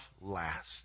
last